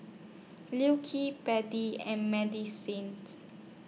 Liu Kee and medicines